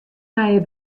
nije